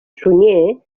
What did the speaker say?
sunyer